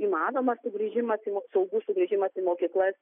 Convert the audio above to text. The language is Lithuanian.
įmanomas sugrįžimas saugus sugrįžimas į mokyklas